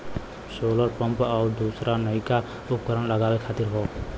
solar pump आउर दूसर नइका उपकरण लगावे खातिर हौ